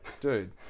Dude